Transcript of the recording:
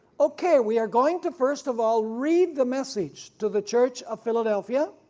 okay we are going to first of all read the message to the church of philadelphia.